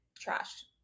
trash